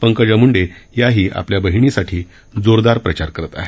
पंकजा मुंडे याही आपल्या बहिणीसाठी जोरदार प्रचार करत आहेत